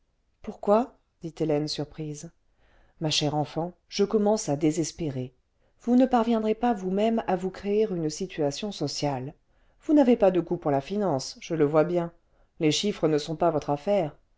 pourquoi dit hélène surprise ma chère enfant je commence à désespérer vous ne parviendrez pas vous-même à vous créer une situation sociale vous n'avez pas de goût pour la finance je le vois bien les chiffres ne sont pas votre affaire